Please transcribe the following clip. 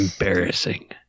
Embarrassing